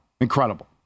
incredible